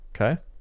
Okay